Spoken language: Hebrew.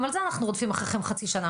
גם על זה אנחנו רודפים אחריכם חצי שנה.